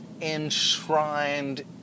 enshrined